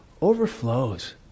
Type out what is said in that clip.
overflows